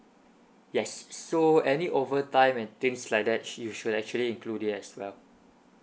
yes so any overtime and things like that she should actually include it as well